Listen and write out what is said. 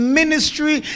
ministry